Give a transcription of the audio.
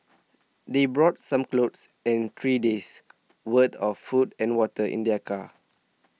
they brought some clothes and three days' worth of food and water in their car